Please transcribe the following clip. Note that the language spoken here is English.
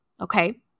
okay